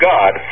God